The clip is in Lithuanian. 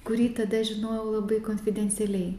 kurį tada žinojau labai konfidencialiai